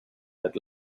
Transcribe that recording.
had